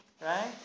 Right